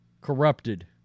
corrupted